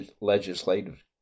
legislative